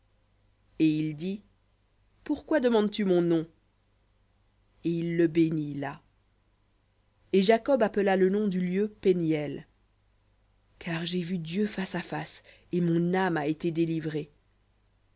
et il dit pourquoi demandes-tu mon nom et il le bénit là et jacob appela le nom du lieu peniel car j'ai vu dieu face à face et mon âme a été délivrée